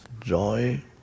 joy